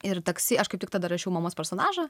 ir taksi aš kaip tik tada rašiau mamos personažą